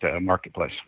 marketplace